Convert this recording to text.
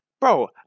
Bro